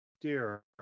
Dear